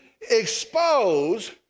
expose